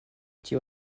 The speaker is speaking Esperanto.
tio